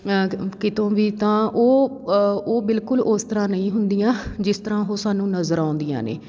ਆਂ ਕਿਤੋਂ ਵੀ ਤਾਂ ਉਹ ਉਹ ਬਿਲਕੁਲ ਉਸ ਤਰ੍ਹਾਂ ਨਹੀਂ ਹੁੰਦੀਆਂ ਜਿਸ ਤਰ੍ਹਾਂ ਉਹ ਸਾਨੂੰ ਨਜ਼ਰ ਆਉਂਦੀਆਂ ਨੇ